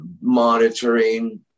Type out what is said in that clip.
monitoring